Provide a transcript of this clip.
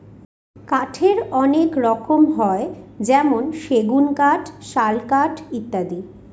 কাঠের অনেক রকম হয় যেমন সেগুন কাঠ, শাল কাঠ ইত্যাদি